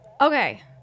Okay